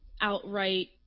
outright